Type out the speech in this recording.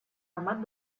amat